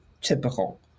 typical